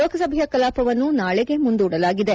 ಲೋಕಸಭೆಯ ಕಲಾಪವನ್ನು ನಾಳೆಗೆ ಮುಂದೂಡಲಾಗಿದೆ